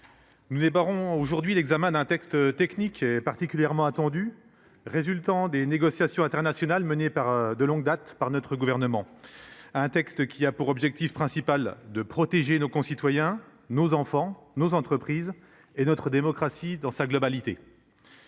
nous entamons aujourd’hui l’examen d’un texte technique et particulièrement attendu, résultant de négociations internationales menées de longue date par notre gouvernement. Ce texte a pour objectif principal de protéger nos concitoyens, nos enfants, nos entreprises et notre démocratie, dans sa globalité.